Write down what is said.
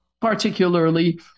particularly